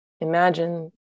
imagine